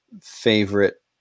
favorite